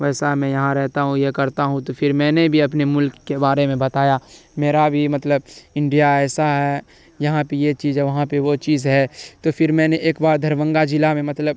ویسا میں رہتا ہوں یہ کرتا ہوں تو پھر میں نے بھی اپنے ملک کے بارے میں بتایا میرا بھی مطلب انڈیا ایسا ہے یہاں پہ یہ چیز ہے یہاں پہ وہ چیز ہے تو پھر میں نے ایک بار دربھنگہ جلا میں مطلب